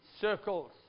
circles